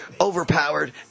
overpowered